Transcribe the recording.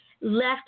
left